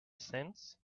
cents